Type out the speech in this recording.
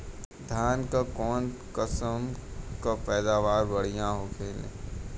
धान क कऊन कसमक पैदावार बढ़िया होले?